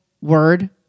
word